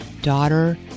daughter